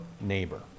neighbor